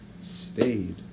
stayed